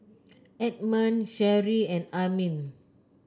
Edmon Sherri and Armin